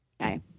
Okay